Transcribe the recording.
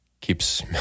keeps